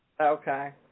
Okay